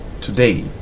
today